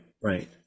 right